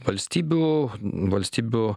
valstybių valstybių